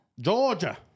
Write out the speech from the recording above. Georgia